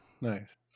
Nice